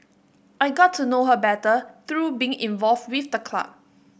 I got to know her better through being involved with the club